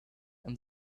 and